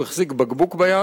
הוא החזיק בקבוק ביד,